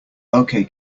okay